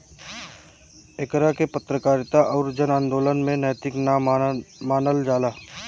एकरा के पत्रकारिता अउर जन अदालत में नैतिक ना मानल जाला